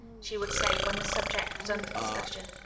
she would say, when the subject was under discussion.